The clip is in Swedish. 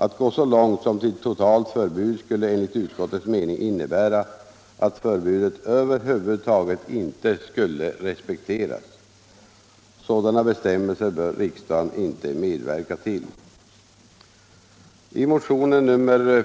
Att gå så långt som till totalt förbud skulle dock enligt utskottets mening innebära att förbudet över huvud taget inte skulle respekteras. Sådana bestämmelser bör riksdagen inte medverka till. I motionen